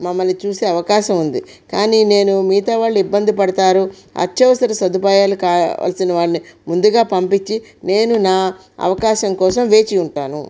మమ్మల్ని చూసే అవకాశం ఉంది కాని నేను మిగతా వాళ్ళు ఇబ్బంది పడతారు అత్యవసర సదుపాయాలు కావాల్సినవన్న ముందుగా పంపించి నేను నా అవకాశం కోసం వేచి ఉంటాను